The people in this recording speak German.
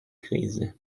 krise